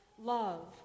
Love